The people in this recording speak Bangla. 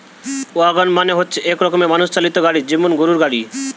ওয়াগন মানে হচ্ছে এক রকমের মানুষ চালিত গাড়ি যেমন গরুর গাড়ি